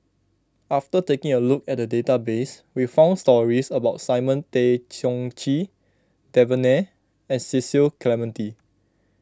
after taking a look at the database we found stories about Simon Tay Seong Chee Devan Nair and Cecil Clementi